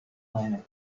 planet